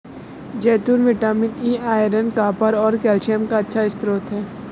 जैतून vitamin E, iron, copper और calcium का अच्छा स्रोत हैं